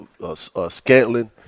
Scantlin